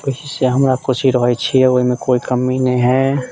उसीसे हमरा खुशी रहैत छियै ओहिमे कोइ कमी नहि हय